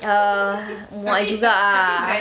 err muak juga ah